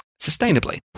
sustainably